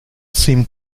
seem